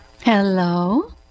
Hello